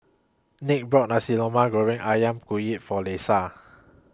Nick bought Nasi Goreng Ayam Kunyit For Leisa